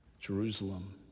Jerusalem